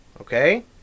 Okay